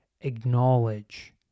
acknowledge